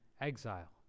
exile